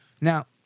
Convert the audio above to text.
Now